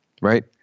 Right